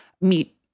meet